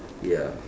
ya